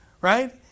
right